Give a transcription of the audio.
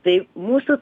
tai mūsų